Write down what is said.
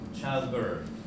childbirth